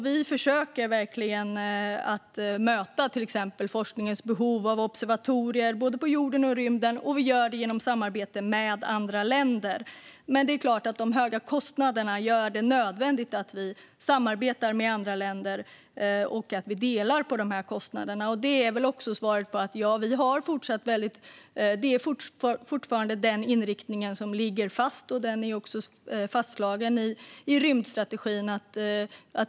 Vi försöker verkligen till exempel möta forskningens behov av observatorier, både på jorden och i rymden, och vi gör det genom samarbete med andra länder. Men det är klart att de höga kostnaderna gör det nödvändigt att vi samarbetar med andra länder och delar på kostnaderna. Det är väl också svaret - det är fortfarande den inriktningen som ligger fast. Den är också fastslagen i rymdstrategin.